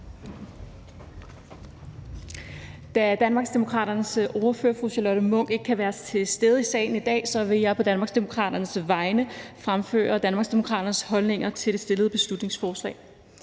Da Danmarksdemokraternes ordfører, fru Charlotte Munch, ikke kan være til stede i salen i dag, så vil jeg på Danmarksdemokraternes vegne fremføre Danmarksdemokraternes holdninger til det fremsatte beslutningsforslag.